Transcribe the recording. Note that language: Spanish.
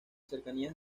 cercanías